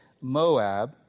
Moab